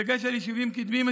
בדגש על יישובים קדמיים,